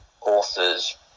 authors